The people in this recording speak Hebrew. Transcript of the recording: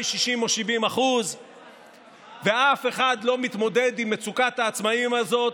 60% או 70%. אף אחד לא מתמודד עם מצוקת העצמאים הזאת,